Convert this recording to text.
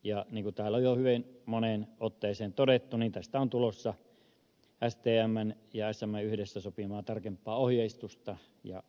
ja niin kuin täällä on jo hyvin moneen otteeseen todettu tästä on tulossa stmn ja smn yhdessä sopimaa tarkempaa ohjeistusta ja asetusta